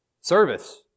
Service